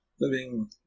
living